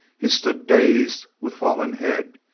he stood dazed, with fallen head,